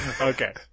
Okay